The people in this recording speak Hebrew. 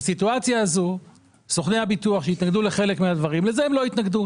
בסיטואציה הזאת סוכני הביטוח שהתנגדו לחלק מהדברים לזה הם לא התנגדו,